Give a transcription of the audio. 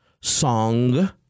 song